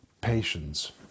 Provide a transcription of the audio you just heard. patience